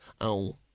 Oh